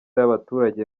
y’abaturage